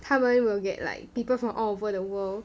他们 will get like people from all over the world